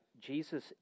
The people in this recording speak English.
jesus